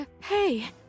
Hey